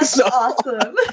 awesome